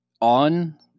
on